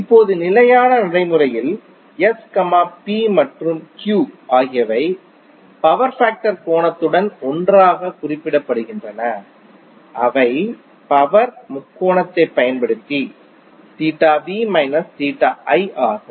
இப்போது நிலையான நடைமுறையில் S P மற்றும் Q ஆகியவை பவர் ஃபேக்டர் கோணத்துடன் ஒன்றாக குறிப்பிடப்படுகின்றன அவை பவர் முக்கோணத்தைப் பயன்படுத்தி ஆகும்